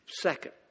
Second